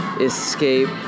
escape